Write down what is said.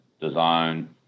design